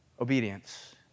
obedience